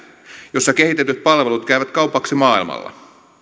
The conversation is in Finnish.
jossa kehitetyt palvelut käyvät kaupaksi maailmalla